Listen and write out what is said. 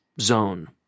zone